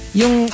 yung